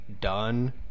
done